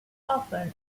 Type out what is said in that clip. often